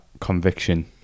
conviction